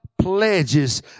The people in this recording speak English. pledges